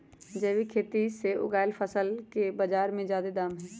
जैविक खेती से उगायल फसल के बाजार में जादे दाम हई